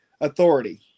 authority